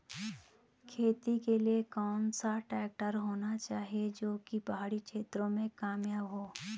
खेती के लिए कौन सा ट्रैक्टर होना चाहिए जो की पहाड़ी क्षेत्रों में कामयाब हो?